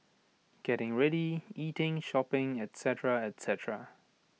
getting ready eating shopping etcetera etcetera